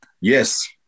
Yes